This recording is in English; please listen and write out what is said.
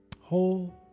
whole